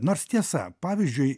nors tiesa pavyzdžiui